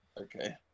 Okay